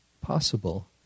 possible